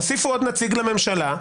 הוסיפו עוד נציג לממשלה,